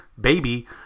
baby